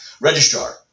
Registrar